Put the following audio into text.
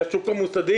זה השוק המוסדי,